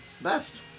Best